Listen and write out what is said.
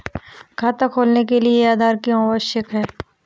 खाता खोलने के लिए आधार क्यो आवश्यक है?